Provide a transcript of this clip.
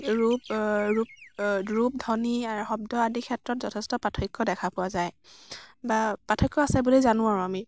ৰূপ ৰূপ ৰূপ ধনী শব্দ আদিৰ ক্ষেত্ৰত যথেষ্ট পাৰ্থক্য় দেখা পোৱা যায় বা পাৰ্থক্য় আছে বুলি জানো আৰু আমি